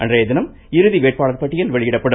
அன்றைய தினம் இறுதி வேட்பாளர் பட்டியல் வெளியிடப்படும்